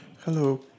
Hello